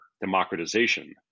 democratization